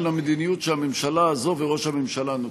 המדיניות שהממשלה הזאת וראש הממשלה נוקטים.